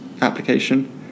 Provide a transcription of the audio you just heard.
application